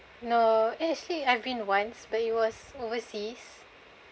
no eh actually I've been once but it was overseas